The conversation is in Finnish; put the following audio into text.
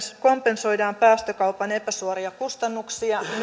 kompensoidaan päästökaupan epäsuoria kustannuksia